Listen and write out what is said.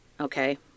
Okay